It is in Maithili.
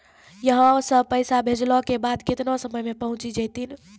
यहां सा पैसा भेजलो के बाद केतना समय मे पहुंच जैतीन?